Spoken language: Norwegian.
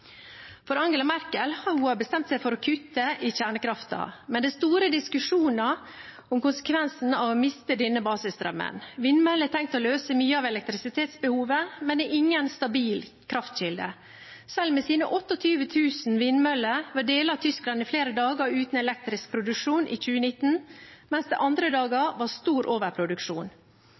Angela Merkel har bestemt seg for kutte i kjernekraften, men det er store diskusjoner om konsekvensen av å miste denne basisstrømmen. Vindmøller er tenkt å løse mye av elektrisitetsbehovet, men det er ingen stabil kraftkilde. Selv med sine 28 000 vindmøller var deler av Tyskland i flere dager uten elektrisk produksjon i 2019, mens det andre dager var stor overproduksjon.